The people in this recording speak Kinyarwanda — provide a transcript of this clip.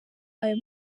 ayo